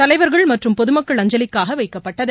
தலைவர்கள் மற்றும் பொதுமக்கள் அஞ்சலிக்காக வைக்கப்பட்டது